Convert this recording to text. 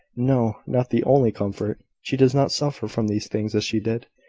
no not the only comfort. she does not suffer from these things as she did.